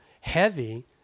heavy